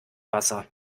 wasser